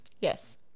Yes